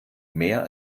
mehr